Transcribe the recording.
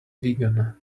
vegan